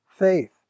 Faith